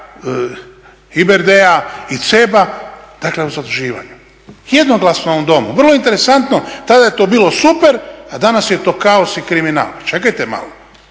EBRD-a i CEB-a. Dakle, o zaduživanju. Jednoglasno u ovom Domu. Vrlo interesantno, tada je to bilo super, a danas je to kaos i kriminal. Pa čekajte malo!